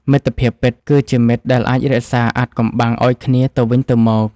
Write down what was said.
មិត្តភាពពិត គឺជាមិត្តដែលអាចរក្សាអាថ៌កំបាំងឱ្យគ្នាទៅវិញទៅមក។